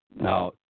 Now